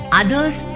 others